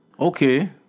Okay